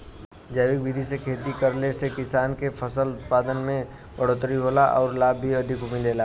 जैविक विधि से खेती करले से किसान के फसल उत्पादन में बढ़ोतरी होला आउर लाभ भी अधिक मिलेला